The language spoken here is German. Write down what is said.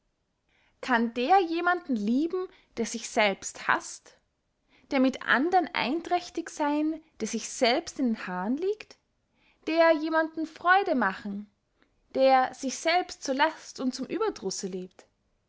kann der jemanden lieben der sich selbst haßt der mit andern einträchtig seyn der sich selbst in den haaren liegt der jemanden freude machen der sich selbst zur last und zum ueberdrusse lebt